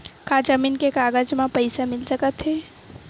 का जमीन के कागज म पईसा मिल सकत हे?